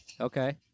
Okay